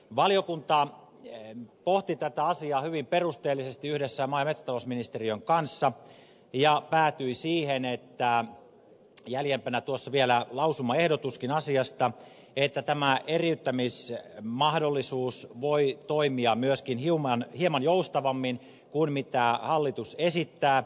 valiokunta pohti tätä asiaa hyvin perusteellisesti yhdessä maa ja metsätalousministeriön kanssa ja päätyi siihen jäljempänä vielä on lausumaehdotuskin asiasta että tämä eriyttämismahdollisuus voi toimia myöskin hieman joustavammin kuin mitä hallitus esittää